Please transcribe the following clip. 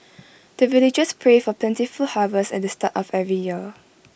the villagers pray for plentiful harvest at the start of every year